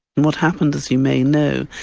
and what happened, as you may know,